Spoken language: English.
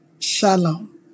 Shalom